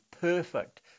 perfect